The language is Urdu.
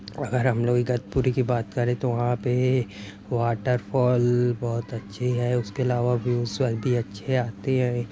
اگر ہم لوگ اگتپوری کی بات کریں تو وہاں پہ واٹر فال بہت اچھی ہے اُس کے علاوہ بھی اُس وادی اچھی آتی ہے